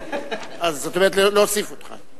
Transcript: זאת אומרת, להוסיף אותך.